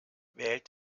wählt